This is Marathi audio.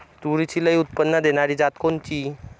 तूरीची लई उत्पन्न देणारी जात कोनची?